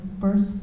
first